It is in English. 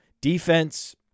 Defense